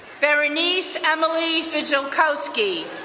berenice emily figilkowski,